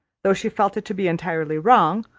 though she felt it to be entirely wrong,